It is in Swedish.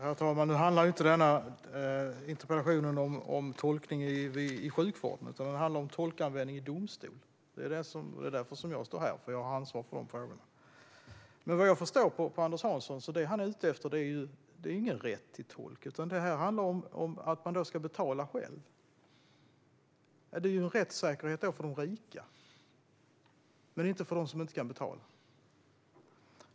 Herr talman! Nu handlar inte denna interpellation om tolkning inom sjukvården utan om tolkanvändning i domstol. Det är därför jag står här, eftersom jag har ansvar för de frågorna. Vad jag förstår är Anders Hansson inte ute efter någon rätt till tolk, utan det handlar om att man ska betala själv. Det blir en rättssäkerhet för de rika, inte för dem som inte kan betala.